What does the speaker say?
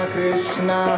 Krishna